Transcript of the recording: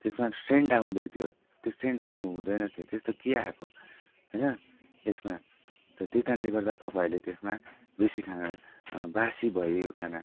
त्यसमा सेन्ट आउँदै थियो त्यो सेन्ट आउनु हुँदैन थियो त्यस्तो के आएको होइन यसमा त्यही कारणले गर्दा तपाईँहरूले त्यसमा बेसी खाना बासी भयो यो खाना